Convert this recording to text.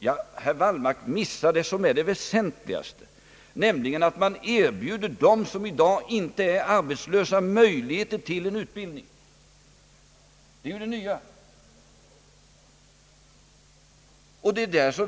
Herr Wallmark missar det som är det väsentliga, nämligen att man erbjuder dem som inte är arbetslösa möjligheter till en utbildning. Detta är det nya.